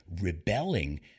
rebelling